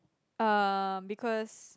um because